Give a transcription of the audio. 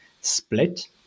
split